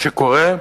שקורית,